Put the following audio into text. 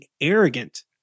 arrogant